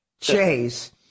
Chase